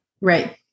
right